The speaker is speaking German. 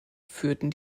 führten